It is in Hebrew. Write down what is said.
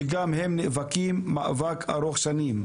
שגם הם נאבקים מאבק ארוך שנים.